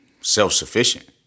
self-sufficient